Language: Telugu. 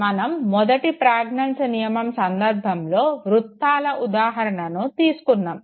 మనం మొదటి ప్రజ్ఞాంజ్ నియమం సంధర్భంలో వృత్తాల ఉదాహరణను తీసుకున్నాము